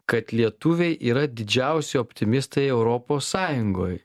kad lietuviai yra didžiausi optimistai europos sąjungoj